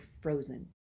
frozen